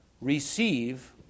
receive